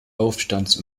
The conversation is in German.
aufstands